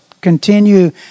continue